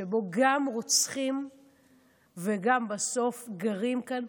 שבו גם רוצחים ובסוף גם גרים כאן,